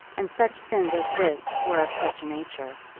and such sins as this were of such a nature.